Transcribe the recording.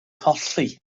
colli